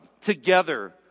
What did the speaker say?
together